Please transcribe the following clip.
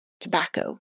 tobacco